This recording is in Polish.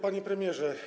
Panie Premierze!